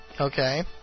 Okay